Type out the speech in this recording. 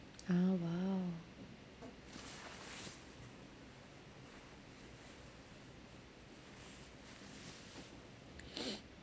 ah !wow!